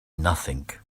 nothing